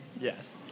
Yes